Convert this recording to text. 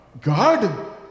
God